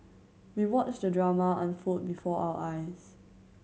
we watched the drama unfold before our eyes